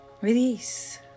release